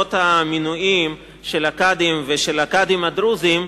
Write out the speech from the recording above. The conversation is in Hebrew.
לוועדות המינויים של הקאדים ושל הקאדים הדרוזים,